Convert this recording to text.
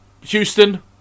Houston